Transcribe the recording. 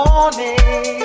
Morning